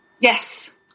yes